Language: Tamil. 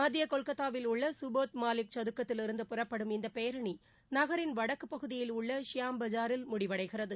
மத்திய கொல்கத்தாவில் உள்ள கபோத் மாலிக் சதுக்கத்திலிருந்து புறப்படும் இந்தப் பேரணி நகரின் வடக்குப் பகுதியில் உள்ள ஷியாம் பஜாரில் முடிவடைகிறது